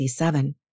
1987